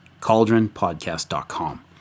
cauldronpodcast.com